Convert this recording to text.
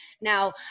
Now